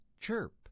chirp